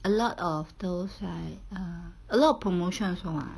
a lot of those like err a lot of promotion also mah